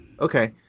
Okay